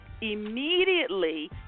immediately